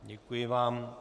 Děkuji vám.